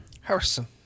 Harrison